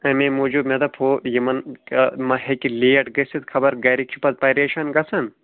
اَمے موٗجوٗب مےٚ دَپ ہوٗ یِمن مہ ہیٚکہِ لیٹ گٔژھِتھ خبر گَرِکۍ چھِ پَتہٕ پریشان گَژھن